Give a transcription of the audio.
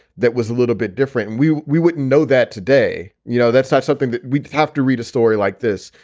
that was a little bit different, and we we wouldn't know that today. you know, that's not something that we have to read a story like this.